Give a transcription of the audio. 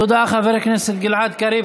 תודה, חבר הכנסת גלעד קריב.